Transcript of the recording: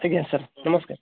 ଆଜ୍ଞା ସାର୍ ନମସ୍କାର